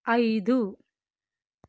ఐదు